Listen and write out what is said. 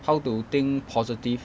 how to think positive